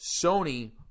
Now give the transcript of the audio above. Sony